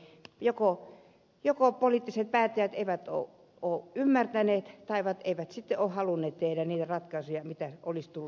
akaan penttilä sanoi joko poliittiset päättäjät eivät ole ymmärtäneet tai eivät sitten ole halunneet tehdä niitä ratkaisuja mitä tulisi tehdä